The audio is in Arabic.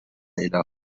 إلى